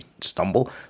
stumble